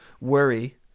Worry